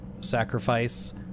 sacrifice